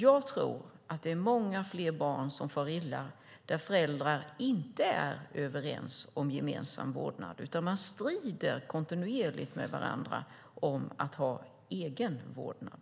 Jag tror att det är många fler barn som far illa därför att föräldrar inte är överens om gemensam vårdnad utan strider kontinuerligt med varandra om att ha egen vårdnad.